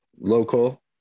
local